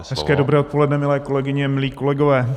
Hezké dobré odpoledne, milé kolegyně, milí kolegové.